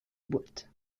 boite